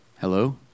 Hello